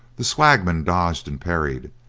the swagman dodged and parried,